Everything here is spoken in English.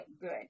good